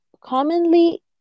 commonly